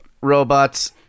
robot's